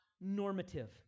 normative